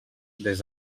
des